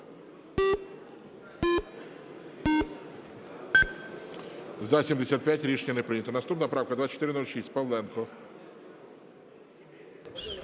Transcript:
За-75 Рішення не прийнято. Наступна правка - 2406, Павленко.